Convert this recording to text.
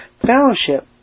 fellowship